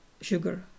sugar